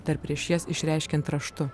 dar prieš jas išreiškiant raštu